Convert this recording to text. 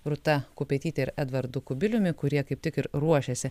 rūta kupetyte ir edvardu kubiliumi kurie kaip tik ir ruošiasi